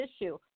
issue